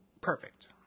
Perfect